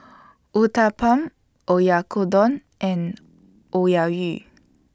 Uthapam Oyakodon and